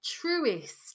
truest